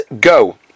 go